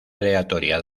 aleatoria